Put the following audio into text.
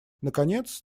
наконец